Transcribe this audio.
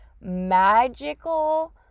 magical